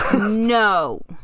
No